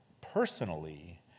personally